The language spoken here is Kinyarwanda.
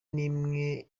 n’imwe